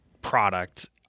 product